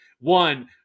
One